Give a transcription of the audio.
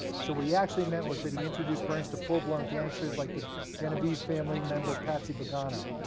so what he actually meant was that he introduced berns to full-blown gangsters like the genovese family member patsy pagano,